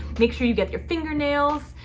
make sure you get your fingernails.